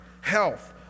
Health